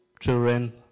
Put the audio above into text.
children